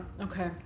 Okay